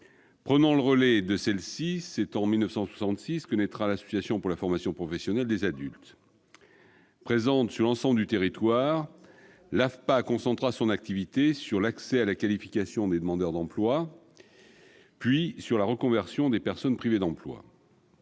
Prenant le relais de celles-ci, c'est en 1966 que naîtra l'Association pour la formation professionnelle des adultes. Présente sur l'ensemble du territoire, l'AFPA concentra son activité sur l'accès à la qualification des demandeurs d'emploi, puis sur la reconversion des personnes privées d'emploi.